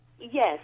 Yes